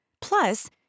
Plus